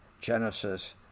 Genesis